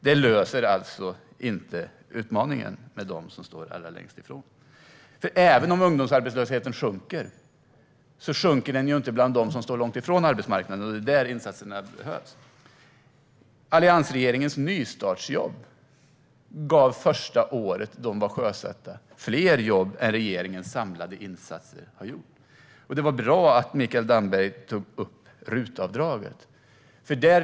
De löser alltså inte utmaningen med dem som står allra längst från arbetsmarknaden. Ungdomsarbetslösheten sjunker, men den sjunker inte bland dem som står långt från arbetsmarknaden, och det är där insatserna behövs. Alliansregeringens nystartsjobb gav första året de var sjösatta fler jobb än regeringens samlade insatser har gjort. Det var bra att Mikael Damberg tog upp RUT-avdraget.